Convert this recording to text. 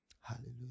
Hallelujah